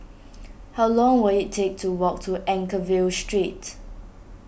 how long will it take to walk to Anchorvale Street